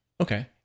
Okay